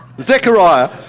Zechariah